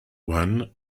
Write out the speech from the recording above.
one